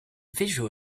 visual